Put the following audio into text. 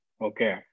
okay